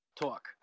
talk